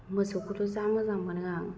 मोसौखौथ' जा मोजां मोनो आं